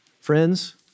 Friends